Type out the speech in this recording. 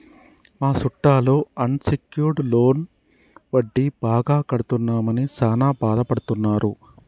మా సుట్టాలు unsecured loan వడ్డీ బాగా కడుతున్నామని సాన బాదపడుతున్నారు